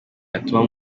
yatuma